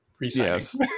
yes